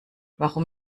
warum